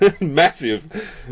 massive